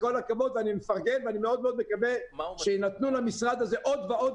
כל הכבוד ואני מפרגן ואני מאוד מאוד מקווה שיינתנו למשרד הזה עוד ועוד